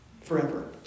forever